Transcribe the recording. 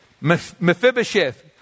Mephibosheth